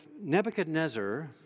Nebuchadnezzar